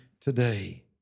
today